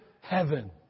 heaven